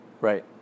right